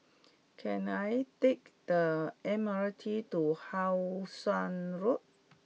can I take the M R T to How Sun Road